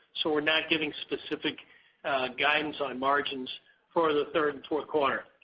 so we're not giving specific guidance on margins for the third and fourth quarter.